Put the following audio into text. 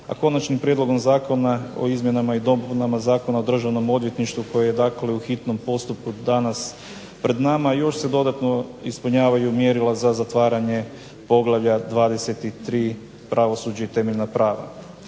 a konačni prijedlogom zakona o izmjenama i dopunama Zakona o Državnom odvjetništvu koji je u hitnom postupku danas pred nama još se dodatno ispunjavaju mjerila za zatvaranje poglavlja 23 – Pravosuđe i temeljna prava.